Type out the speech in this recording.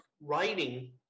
writing